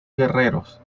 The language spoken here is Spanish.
guerreros